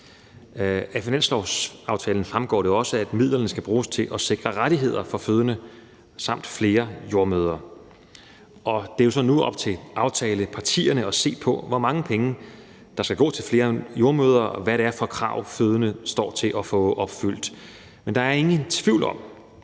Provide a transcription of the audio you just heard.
af finanslovsaftalen, at midlerne skal bruges til at sikre rettigheder for fødende samt til flere jordemødre. Det er så nu op til aftalepartierne at se på, hvor mange penge der skal gå til flere jordemødre, og hvad det er for nogle krav, de fødende står til at få opfyldt. Men der er ingen tvivl om,